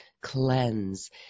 cleanse